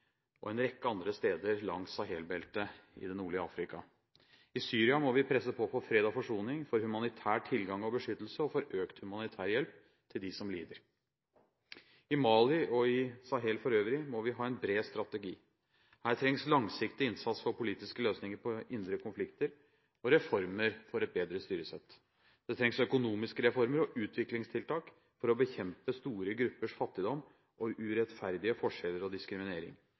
og en rekke andre steder langs Sahel-beltet i det nordlige Afrika. I Syria må vi presse på for fred og forsoning, for humanitær tilgang og beskyttelse og for økt humanitær hjelp til dem som lider. I Mali og i Sahel forøvrig må vi ha en bred strategi. Her trengs langsiktig innsats for politiske løsninger på indre konflikter og reformer for et bedre styresett. Det trengs økonomiske reformer og utviklingstiltak for å bekjempe store gruppers fattigdom og urettferdige forskjeller og diskriminering.